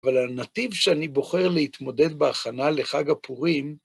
אבל הנתיב שאני בוחר להתמודד בהכנה לחג הפורים,